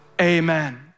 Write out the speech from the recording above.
Amen